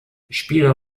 spieler